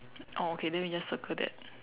oh okay then we just circle that